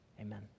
amen